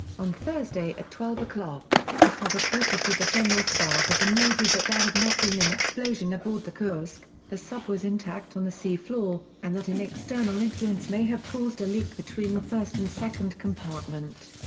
on thursday at twelve zero, popov reported to the general staff of the navy that there had not been an explosion aboard the kursk, the sub was intact on the seafloor, and that an external influence may have caused a leak between the first and second compartment.